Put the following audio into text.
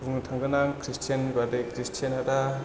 बुंनो थांगोन आं खृस्टियाननि बादै खृस्टियाना दा